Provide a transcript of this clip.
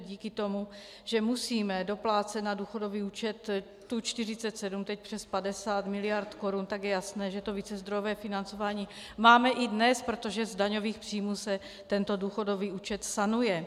Díky tomu, že musíme doplácet na důchodový účet tu 47, teď přes 50 miliard korun, je jasné, že to vícezdrojové financování máme i dnes, protože z daňových příjmů se tento důchodový účet sanuje.